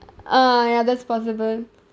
ah ya that's possible